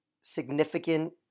significant